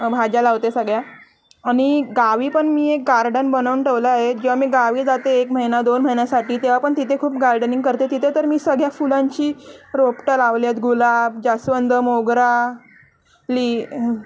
भाज्या लावते सगळ्या आणि गावी पण मी एक गार्डन बनवून ठेवलं आहे जेवा मी गावी जाते एक महिना दोन महिन्यासाठी तेव्हा पण तिथे खूप गार्डनिंग करते तिथे तर मी सगळ्या फुलांची रोपटं लावलेत गुलाब जास्वंद मोगरा लि